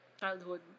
childhood